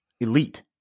elite